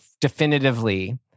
definitively